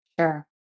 sure